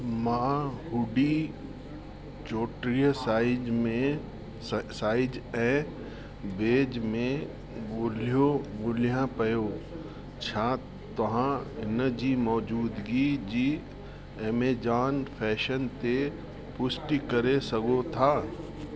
मां हूडी चोटीह साईज में स साईज ऐं बेज में ॻोल्हियो ॻोल्हियां पियो छा तव्हां इन जी मौजूदगी जी एमेजोन फैशन ते पुष्टि करे सघो था